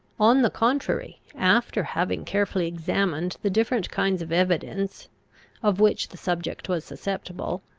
on the contrary, after having carefully examined the different kinds of evidence of which the subject was susceptible,